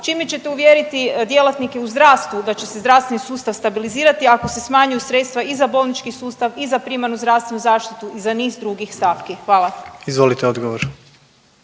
Čime ćete uvjeriti djelatnike u zdravstvu da će se zdravstveni sustav stabilizirati ako se smanjuju sredstva i za bolnički sustav i za primarnu zdravstvenu zaštitu i za niz drugih stavki? Hvala. **Jandroković,